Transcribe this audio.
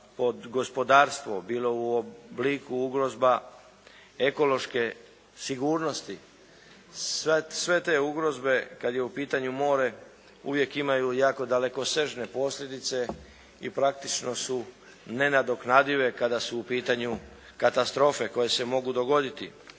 pod gospodarstvo, bilo u obliku ugroza ekološke sigurnosti. Sve te ugroze kada je u pitanju more uvijek imaju jako dalekosežne posljedice i praktično su nenadoknadive kada su u pitanju katastrofe koje se mogu dogoditi.